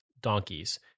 donkeys